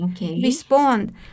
Respond